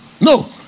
No